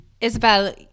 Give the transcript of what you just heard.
Isabel